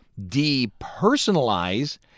depersonalize